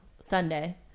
Sunday